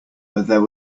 there